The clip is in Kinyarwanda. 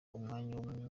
umwanya